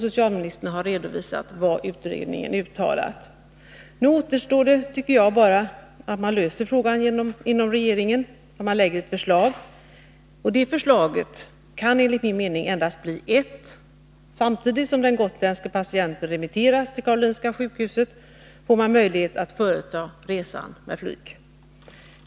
Socialministern har i svaret redovisat vad utredningen har uttalat. Nu återstår bara, tycker jag, att regeringen löser problemet genom att lägga fram ett förslag. Det förslaget kan enligt min mening endast bli ett. Samtidigt som den gotländske patienten remitteras till Karolinska sjukhuset, skall han ges möjlighet att företa resan med flyg.